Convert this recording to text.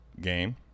game